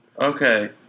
Okay